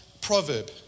proverb